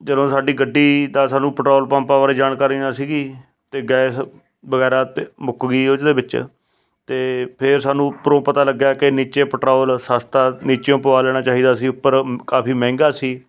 ਜਦੋਂ ਸਾਡੀ ਗੱਡੀ ਦਾ ਸਾਨੂੰ ਪੈਟਰੋਲ ਪੰਪਾਂ ਬਾਰੇ ਜਾਣਕਾਰੀ ਨਾ ਸੀਗੀ ਅਤੇ ਗੈਸ ਵਗੈਰਾ ਤ ਮੁੱਕ ਗਈ ਉਹਦੇ ਵਿੱਚ ਅਤੇ ਫ਼ਿਰ ਸਾਨੂੰ ਉਪਰੋਂ ਪਤਾ ਲੱਗਿਆ ਕਿ ਨੀਚੇ ਪੈਟਰੋਲ ਸਸਤਾ ਨੀਚਿਓਂ ਪਵਾ ਲੈਣਾ ਚਾਹੀਦਾ ਸੀ ਉੱਪਰ ਕਾਫੀ ਮਹਿੰਗਾ ਸੀ